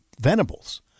Venables